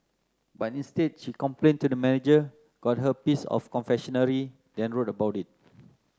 but instead she complained to the manager got her piece of confectionery then wrote about it